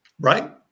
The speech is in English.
Right